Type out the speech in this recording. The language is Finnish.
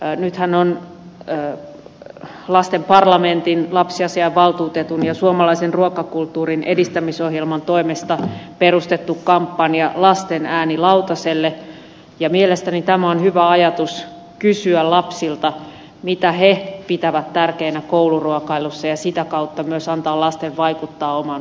nythän on lasten parlamentin lapsiasiainvaltuutetun ja suomalaisen ruokakulttuurin edistämisohjelman toimesta perustettu kampanja lasten ääni lautaselle ja mielestäni tämä on hyvä ajatus kysyä lapsilta mitä he pitävät tärkeänä kouluruokailussa ja sitä kautta myös antaa lasten vaikuttaa omaan kouluruokailuunsa